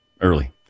early